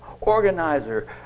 organizer